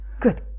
Good